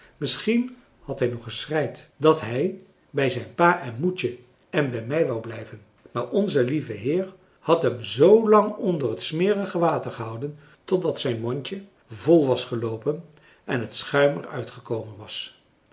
misschien had hij nog geschreid dat hij bij zijn pa en moetje en bij mij wou blijven maar onze lieve heer had hem zoolang onder het smerige water gehouden totdat zijn mondje vol was geloopen en het schuim er uitgekomen was